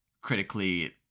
Critically